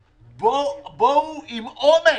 בואו עם אומץ,